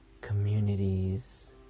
Communities